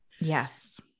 Yes